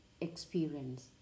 experience